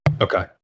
Okay